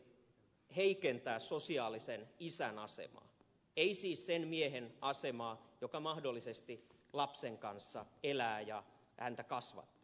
uotila totesi heikentää sosiaalisen isän asemaa siis sen miehen asemaa joka mahdollisesti lapsen kanssa elää ja häntä kasvattaa